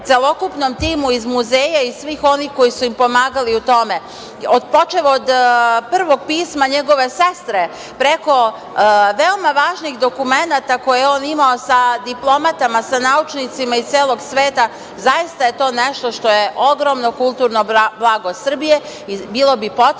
celokupnom timu iz muzeja i svih onih koji su im pomagali u tome, počev od prvog pisma njegove sestre, preko veoma važnih dokumenata koje je on imao sa diplomatama, sa naučnicima iz celog sveta. Zaista je to nešto što je ogromno kulturno blago Srbije i bilo bi potrebno